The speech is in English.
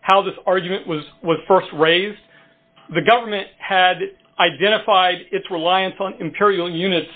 how this argument was st raised the government had identified its reliance on imperial units